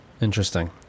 interesting